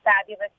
fabulous